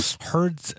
heard